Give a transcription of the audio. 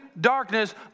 darkness